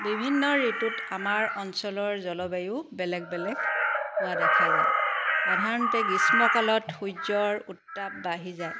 বিভিন্ন ঋতুত আমাৰ অঞ্চলৰ জলবায়ু বেলেগ বেলেগ হোৱা দেখা যায় সাধাৰণতে গ্ৰীষ্মকালত সূৰ্যৰ উত্তাপ বাঢ়ি যায়